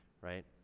right